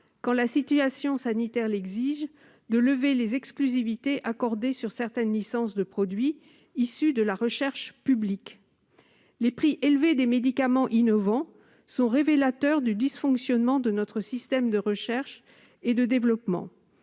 quand la situation sanitaire l'exige, de lever les exclusivités accordées sur certaines licences de produits issus de la recherche publique. Les prix élevés des médicaments innovants sont révélateurs du dysfonctionnement de notre système de recherche et de développement.